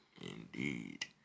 Indeed